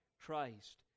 Christ